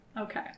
Okay